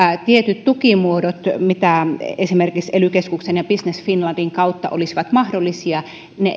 tietyt tukimuodot mitkä esimerkiksi ely keskuksen ja business finlandin kautta olisivat mahdollisia